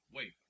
Wait